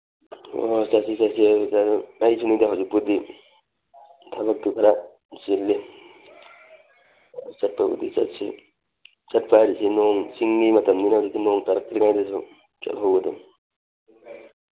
ꯑꯣ ꯆꯠꯁꯤ ꯆꯠꯁꯤ ꯑꯩꯁꯨꯅꯤꯗ ꯍꯧꯖꯤꯛꯄꯨꯗꯤ ꯊꯕꯛꯇꯤ ꯈꯔ ꯆꯤꯜꯂꯤ ꯆꯠꯄꯕꯨꯗꯤ ꯆꯠꯁꯤ ꯆꯠꯄ ꯍꯥꯏꯔꯤꯁꯤ ꯅꯣꯡ ꯏꯁꯡꯒꯤ ꯃꯇꯝꯅꯤꯅ ꯍꯧꯖꯤꯛꯇꯤ ꯅꯣꯡ ꯇꯥꯔꯛꯇ꯭ꯔꯤꯉꯥꯏꯗꯁꯨ ꯆꯠꯍꯧꯒꯗꯧ